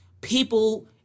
people